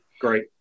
Great